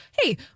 hey